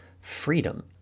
freedom